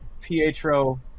Pietro